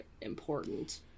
important